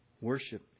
worship